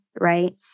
right